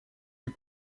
des